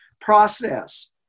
process